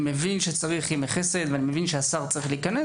אני מבין שצריך ימי חסד ושהשר צריך להיכנס